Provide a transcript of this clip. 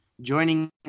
joining